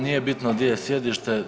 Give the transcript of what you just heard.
Nije bitno gdje je sjedište.